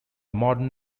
modern